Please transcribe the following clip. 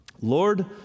Lord